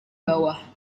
bawah